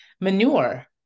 manure